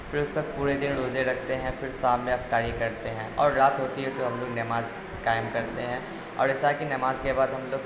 پھر اس کے بعد پورے دن روزے رکھتے ہیں پھر شام میں افطاری کرتے ہیں اور رات ہوتی ہے تو ہم لوگ نماز قائم کرتے ہیں اور ایسا ہے کہ نماز کے بعد ہم لوگ